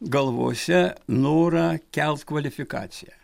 galvose norą kelt kvalifikaciją